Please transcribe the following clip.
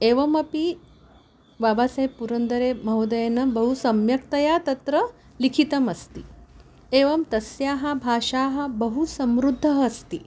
एवमपि बाबासेब् पुरन्दरे महोदयेन बहु सम्यक्तया तत्र लिखितमस्ति एवं तस्य भाषा बहु समृद्धा अस्ति